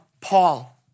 Paul